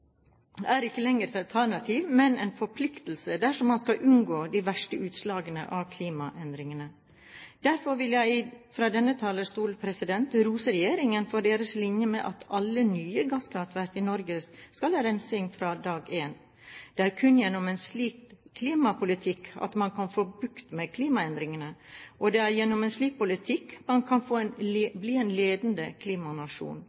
forurensende, er ikke lenger et alternativ, men en forpliktelse dersom man skal unngå de verste utslagene av klimaendringene. Derfor vil jeg fra denne talerstolen rose regjeringen for at alle nye gasskraftverk i Norge skal ha rensing fra dag én. Det er kun gjennom en slik klimapolitikk man kan få bukt med klimaendringene, og det er gjennom en slik politikk man kan bli en ledende klimanasjon. Med en slik politikk kan vi konsentrere oss om å få